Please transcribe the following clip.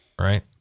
Right